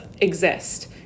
exist